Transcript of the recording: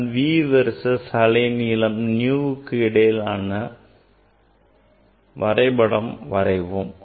நான் v verses அலை நீளம் nu க்கு இடையே வரைபடம் வரைவோம்